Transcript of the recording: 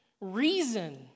Reason